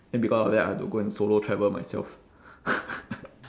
then because of that I have to go and solo travel myself